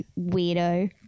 weirdo